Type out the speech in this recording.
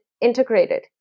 integrated